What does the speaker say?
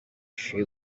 she